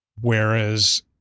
Whereas